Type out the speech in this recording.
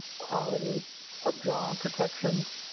quality of job protections,